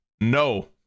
No